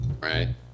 Right